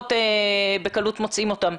וכאלה שפחות בקלות מוצאים אותם.